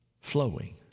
flowing